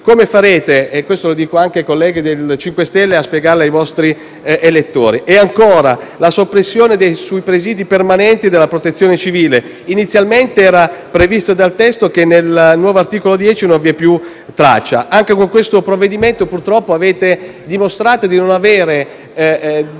Come farete - questo lo dico anche ai colleghi del MoVimento 5 Stelle - a spiegarlo ai vostri elettori? E ancora, la soppressione dei presidi permanenti della Protezione civile: inizialmente erano previsti dal testo, ma nel nuovo articolo 10 non ve ne è più traccia. Anche con questo provvedimento, purtroppo, avete dimostrato di essere